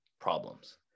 problems